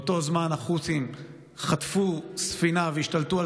באותו זמן החות'ים חטפו ספינה והשתלטו על